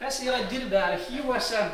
kas yra dirbę archyvuose